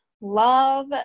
love